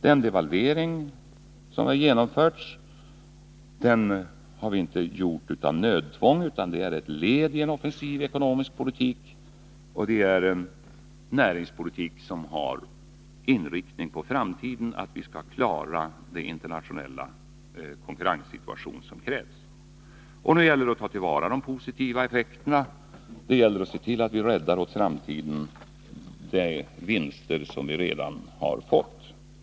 Den devalvering som genomförts har vi inte gjort av nödtvång, utan den är ett led i en offensiv ekonomisk politik och en näringspolitik som har som inriktning för framtiden att vi skall klara den internationella konkurrenssituationen. Nu gäller det att ta till vara de positiva effekterna. Det gäller att se till att vi åt framtiden räddar de vinster som vi redan har fått.